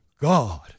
God